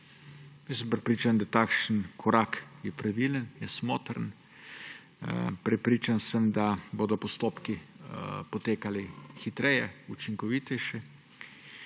Prepričan sem, da takšen korak je pravilen, je smotrn. Prepričan sem, da bodo postopki potekali hitreje, učinkovitejše.